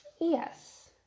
Yes